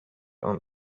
only